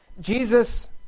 Jesus